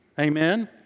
Amen